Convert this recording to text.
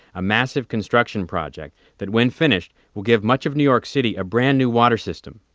a massive construction project that when finished will give much of new york city a brand new water system.